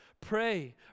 Pray